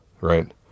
right